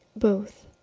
both,